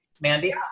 Mandy